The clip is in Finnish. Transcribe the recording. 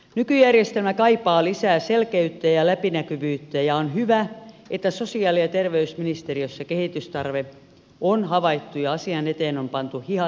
nykyjärjestelmä kaipaa lisää selkeyttä ja läpinäkyvyyttä ja on hyvä että sosiaali ja terveysministeriössä kehitystarve on havaittu ja asian eteen on pantu hihat heilumaan